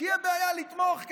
תהיה בעיה לתמוך כאן,